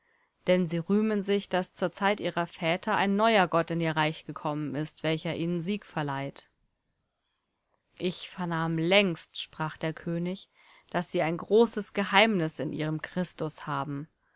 denn sie rühmen sich daß zur zeit ihrer väter ein neuer gott in ihr reich gekommen ist welcher ihnen sieg verleiht ich vernahm längst sprach der könig daß sie ein großes geheimnis in ihrem christus haben